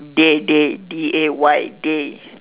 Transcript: day day D A Y day